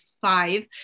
five